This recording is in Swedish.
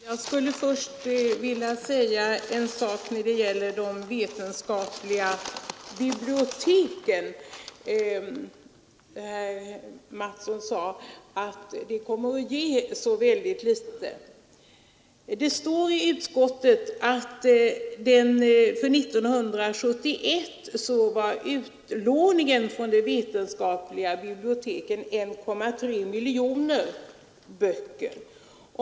Herr talman! Herr Mattsson i Lane-Herrestad sade att författarpenning från de vetenskapliga biblioteken kommer att ge så litet. I utskottsbetänkandet står att utlåningen vid de vetenskapliga biblioteken uppgick till 1,3 miljoner böcker år 1971.